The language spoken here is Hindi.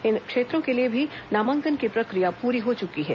इन क्षेत्रों के लिए भी नामांकन की प्रक्रिया पूरी हो चुकी है